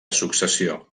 successió